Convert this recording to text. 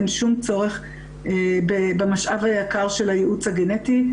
אין שום צורך במשאב היקר של הייעוץ הגנטי.